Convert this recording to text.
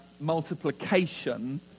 multiplication